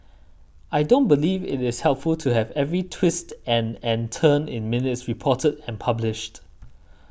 I don't believe it is helpful to have every twist and and turn in minutes reported and published